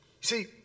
See